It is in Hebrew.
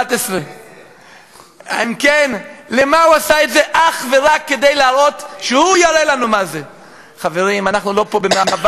10. אבל לשם מה,